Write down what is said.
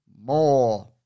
more